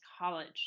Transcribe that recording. College